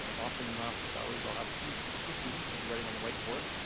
and often in my office hours, i'll have a few ah few students, i'll be writing on the whiteboard.